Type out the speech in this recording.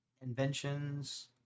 inventions